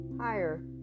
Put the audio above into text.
higher